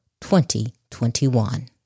2021